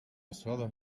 açò